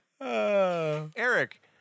Eric